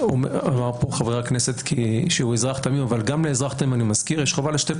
אמר כאן חבר הכנסת שהאזרח הוא אזרח תמים אבל אני מזכיר שגם